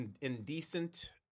Indecent